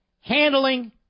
handling